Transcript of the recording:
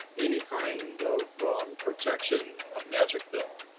any kind of protection, a magic pill